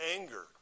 anger